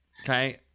Okay